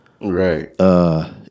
Right